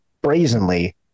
brazenly